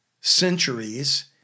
centuries